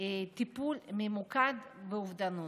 טיפול ממוקד באובדנות.